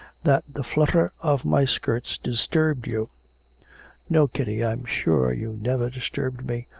that the flutter of my skirts disturbed you no, kitty i'm sure you never disturbed me,